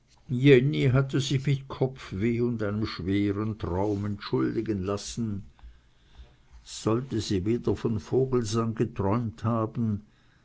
jenny hatte sich mit kopfweh und einem schweren traum entschuldigen lassen sollte sie wieder von vogelsang geträumt haben